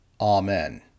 Amen